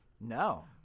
No